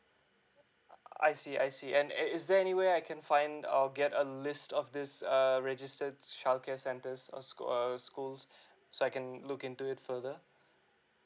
I see I see I and is is there anywhere I can find I'll get a list of this err registered childcare centres or sch~ err schools so I can look into it further